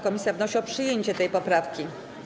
Komisja wnosi o przyjęcie tej poprawki.